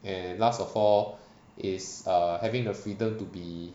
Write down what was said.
and last of all is err having the freedom to be